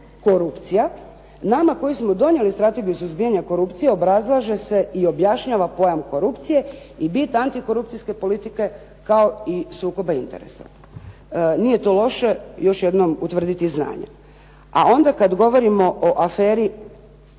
"Korupcija" nama koji smo donijeli Strategiju suzbijanja korupcije obrazlaže se i objašnjava pojam korupcije i bit antikorupcijske politike kao i sukoba interesa. Nije to loše još jednom utvrditi znanje. A onda kad govorimo o aferi